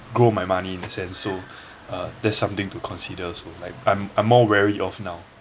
grow my money in that sense so uh that's something to consider also like I'm I'm more wary of now